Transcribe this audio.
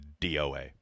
DOA